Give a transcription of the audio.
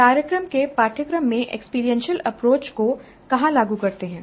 हम कार्यक्रम के पाठ्यक्रम में एक्सपीरियंशियल अप्रोच को कहां लागू करते हैं